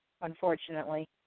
unfortunately